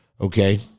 Okay